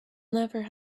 never